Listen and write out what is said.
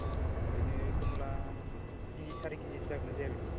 अ ओरैनो कमला तिनि सारि केजिसो जागोन ना जाया बिदि